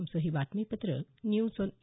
आमचं हे बातमीपत्र न्यूज ऑन ए